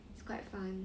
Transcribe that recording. it's quite fun